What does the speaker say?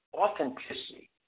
authenticity